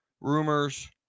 rumors